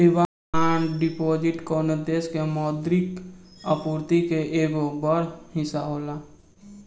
demand deposit कवनो देश के मौद्रिक आपूर्ति के एगो बड़ हिस्सा होला